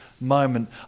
moment